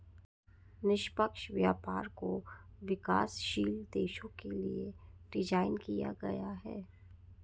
निष्पक्ष व्यापार को विकासशील देशों के लिये डिजाइन किया गया है